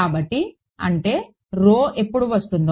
విద్యార్థి అంటే ఎప్పుడు వస్తుందో